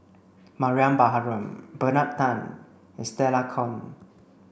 Mariam Baharom Bernard Tan and Stella Kon